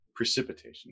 Precipitation